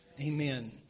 Amen